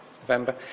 November